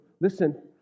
listen